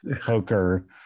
poker